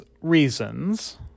reasons